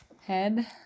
head